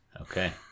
okay